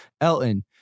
Elton